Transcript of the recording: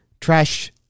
trash